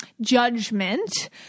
judgment